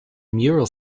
mural